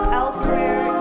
elsewhere